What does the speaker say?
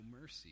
mercy